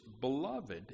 beloved